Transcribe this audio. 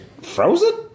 frozen